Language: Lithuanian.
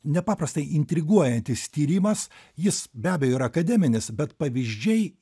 nepaprastai intriguojantis tyrimas jis be abejo yra akademinis bet pavyzdžiai